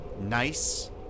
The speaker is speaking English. Nice